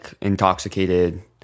intoxicated